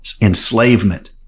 enslavement